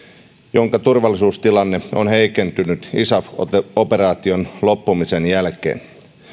jonka turvallisuustilanne on heikentynyt isaf operaation loppumisen jälkeen